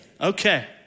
Okay